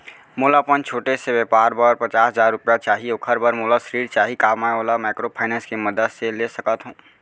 मोला अपन छोटे से व्यापार बर पचास हजार रुपिया चाही ओखर बर मोला ऋण चाही का मैं ओला माइक्रोफाइनेंस के मदद से ले सकत हो?